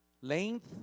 Length